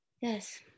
Yes